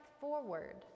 forward